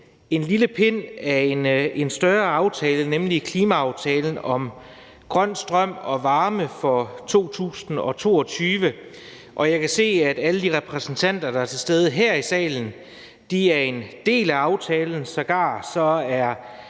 en lille pind af en større aftale, nemlig »Klimaaftale om grøn strøm og varme 2022«, og jeg kan se, at alle de repræsentanter, der er til stede her i salen, er en del af aftalen – sågar er